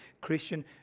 Christian